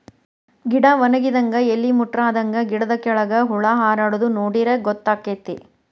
ಗಿಡಾ ವನಗಿದಂಗ ಎಲಿ ಮುಟ್ರಾದಂಗ ಗಿಡದ ಕೆಳ್ಗ ಹುಳಾ ಹಾರಾಡುದ ನೋಡಿರ ಗೊತ್ತಕೈತಿ